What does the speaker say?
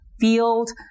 field